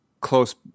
close